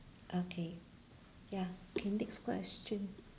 okay ya okay next question